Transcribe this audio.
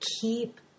keep